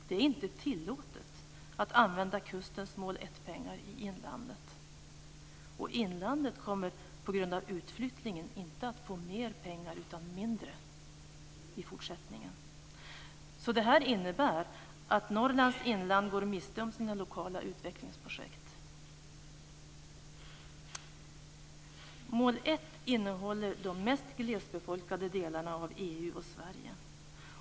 Det är inte tillåtet att använda kustens mål 1-pengar i inlandet. Inlandet kommer, på grund av utflyttningen, inte att få mer pengar, utan mindre i fortsättningen. Det innebär att Norrlands inland går miste om sina lokala utvecklingsprojekt. EU och Sverige.